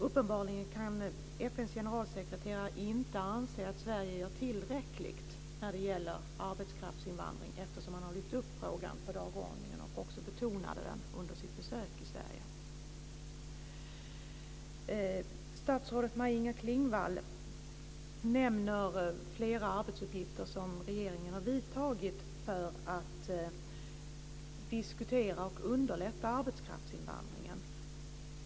Uppenbarligen anser FN:s generalsekreterare inte att Sverige gör tillräckligt när det gäller arbetskraftsinvandring, eftersom han har lyft upp frågan på dagordningen och även betonade den under sitt besök i Sverige. Statsrådet Maj-Inger Klingvall nämner flera saker som regeringen har vidtagit för att diskutera och underlätta arbetskraftsinvandringen.